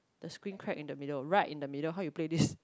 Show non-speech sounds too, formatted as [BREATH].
the screen crack in the middle right in the middle how you play this [BREATH]